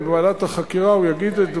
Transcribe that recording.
ובוועדת החקירה הוא יגיד את דבריו,